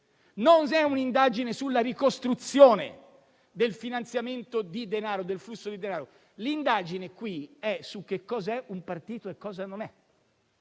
Non è un indagine sulla ricostruzione del finanziamento di denaro e del flusso di denaro. L'indagine qui è su che cos'è un partito e cosa non è.